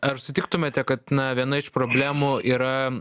ar sutiktumėte kad na viena iš problemų yra